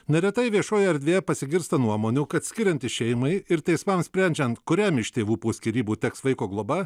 neretai viešojoje erdvėje pasigirsta nuomonių kad skiriantis šeimai ir teismams sprendžiant kuriam iš tėvų po skyrybų teks vaiko globa